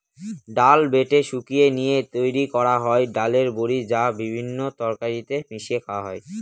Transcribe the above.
ডাল বেটে শুকিয়ে নিয়ে তৈরি করা হয় ডালের বড়ি, যা বিভিন্ন তরকারিতে মিশিয়ে খাওয়া হয়